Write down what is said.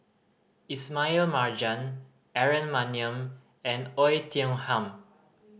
Ismail Marjan Aaron Maniam and Oei Tiong Ham